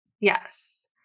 Yes